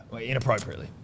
inappropriately